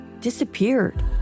disappeared